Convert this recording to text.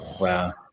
wow